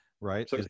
right